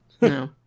No